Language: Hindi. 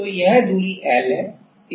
तो यह दूरी L है